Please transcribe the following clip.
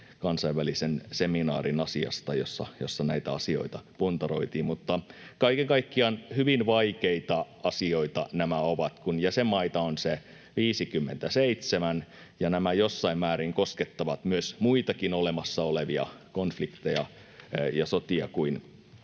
kansainvälisen seminaarin, jossa näitä asioita puntaroitiin. Kaiken kaikkiaan hyvin vaikeita asioita nämä ovat, kun jäsenmaita on se 57 ja nämä jossain määrin koskettavat myös muita olemassa olevia konflikteja ja sotia kuin